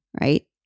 right